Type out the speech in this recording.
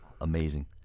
amazing